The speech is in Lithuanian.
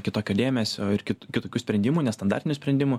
kitokio dėmesio ir kitokių sprendimų nestandartinių sprendimų